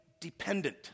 dependent